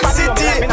city